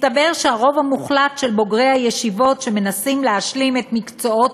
מסתבר שהרוב המוחלט של בוגרי הישיבות שמנסים להשלים את מקצועות